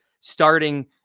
starting